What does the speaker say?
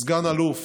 סגן אלוף,